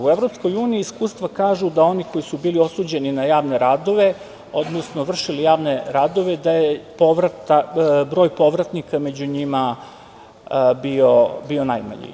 U EU iskustava kažu da oni koji su bili osuđeni na javne radove, odnosno vršili javne radove da je broj povratnika među njima bio najmanji.